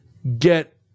get